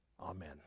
Amen